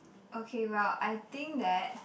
okay well I think that